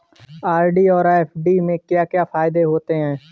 RD और FD के क्या क्या फायदे होते हैं?